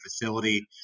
facility